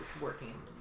working